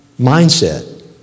mindset